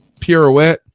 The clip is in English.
pirouette